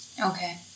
Okay